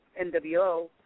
NWO